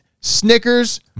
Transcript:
Snickers